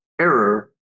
error